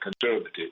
conservative